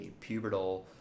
pubertal